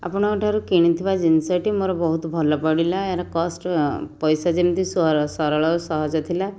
ଆପଣଙ୍କଠାରୁ କିଣିଥିବା ଜିନିଷଟି ମୋର ବହୁତ ଭଲ ପଡ଼ିଲା ଏହାର କଷ୍ଟ୍ ପଇସା ଯେମିତି ସରଳ ଆଉ ସହଜ ଥିଲା